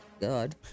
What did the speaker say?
God